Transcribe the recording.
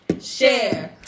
share